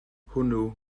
hwnnw